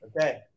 Okay